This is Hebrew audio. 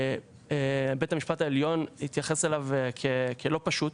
שבית המשפט העליון התייחס אליו כלא פשוט,